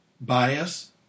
bias